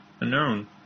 Unknown